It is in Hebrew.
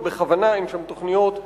ובכוונה אין שם תוכניות,